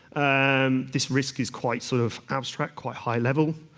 um this risk is quite sort of abstract, quite high level,